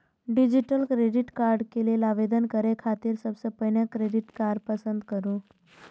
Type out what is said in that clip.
digitally credit card लेल आवेदन करै खातिर सबसं पहिने क्रेडिट कार्ड पसंद करू